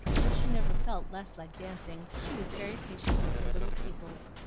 though she never felt less like dancing, she was very patient with her little pupils,